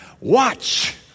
watch